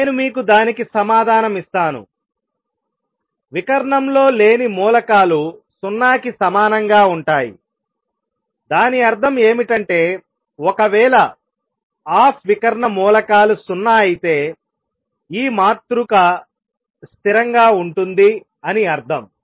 నేను మీకు దానికి సమాధానం ఇస్తాను వికర్ణము లో లేని మూలకాలు 0 కి సమానంగా ఉంటాయి దాని అర్థం ఏమిటంటేఒకవేళ ఆఫ్ వికర్ణ మూలకాలు 0 అయితే ఈ మాతృక స్థిరంగా ఉంటుంది అని అర్థం